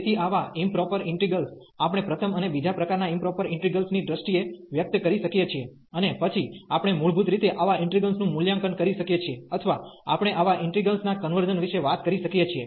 તેથી આવા improper integrals આપણે પ્રથમ અને બીજા પ્રકારનાં ઇમપ્રોપર ઇન્ટિગ્રેલ્સ ની દ્રષ્ટિએ વ્યક્ત કરી શકીએ છીએ અને પછી આપણે મૂળભૂત રીતે આવા ઇન્ટિગ્રલ્સ નું મૂલ્યાંકન કરી શકીએ છીએ અથવા આપણે આવા ઇન્ટિગલ્સના કન્વર્ઝન વિશે વાત કરી શકીએ છીએ